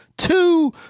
Two